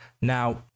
Now